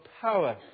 power